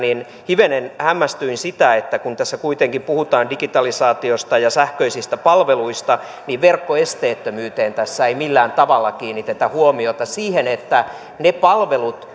hivenen hämmästyin sitä että kun tässä kuitenkin puhutaan digitalisaatiosta ja sähköisistä palveluista niin verkkoesteettömyyteen tässä ei millään tavalla kiinnitetä huomiota siihen että niiden palveluiden